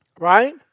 Right